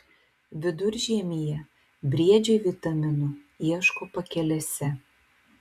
viduržiemyje briedžiai vitaminų ieško pakelėse